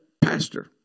pastor